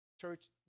Church